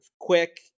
quick